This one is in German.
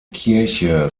kirche